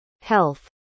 health